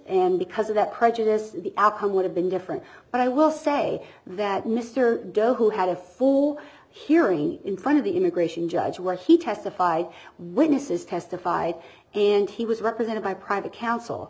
and because of that prejudice the outcome would have been different but i will say that mr goh who had a full hearing in front of the immigration judge where he testified witnesses testified and he was represented by private coun